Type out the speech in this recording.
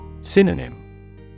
Synonym